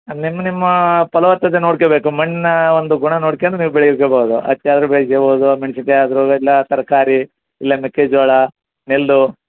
ನಿಮ್ಮ ನಿಮ್ಮ ಫಲವತ್ತತೆ ನೋಡ್ಕಬೇಕು ಮಣ್ಣು ಒಂದು ಗುಣ ನೋಡ್ಕಂದ್ ನೀವು ಬೆಳೀಬೋದು ಹತ್ತಿಯಾದ್ರು ಬೆಳೀಬೋದು ಮೆಣ್ಸಿನ್ಕಾಯಿ ಆದರೂ ಇಲ್ಲ ತರಕಾರಿ ಇಲ್ಲ ಮೆಕ್ಕೆಜೋಳ ನೆಲ್ಲು